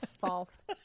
False